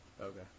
Okay